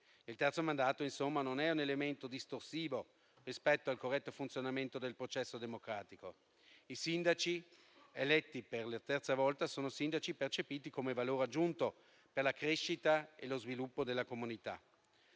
Il terzo mandato insomma non è un elemento distorsivo rispetto al corretto funzionamento del processo democratico. I sindaci eletti per la terza volta sono percepiti come valore aggiunto per la crescita e lo sviluppo della comunità.